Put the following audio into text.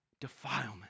defilement